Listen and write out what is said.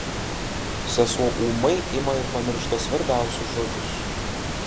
sesuo ūmai ima ir pamiršta svarbiausius žodžius